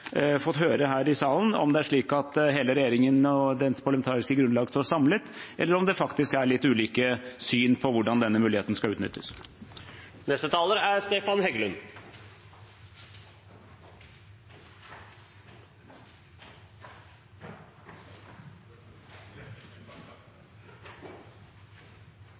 fått høre her i salen om det er slik at hele regjeringen og dens parlamentariske grunnlag står samlet, eller om det faktisk er litt ulike syn på hvordan denne muligheten skal utnyttes. Jeg er